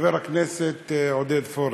חבר הכנסת עודד פורר,